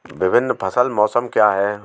विभिन्न फसल मौसम क्या हैं?